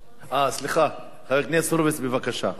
סליחה, חבר הכנסת ניצן הורוביץ, בבקשה.